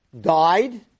died